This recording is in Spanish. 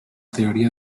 teoría